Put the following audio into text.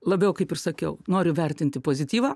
labiau kaip ir sakiau noriu vertinti pozityvą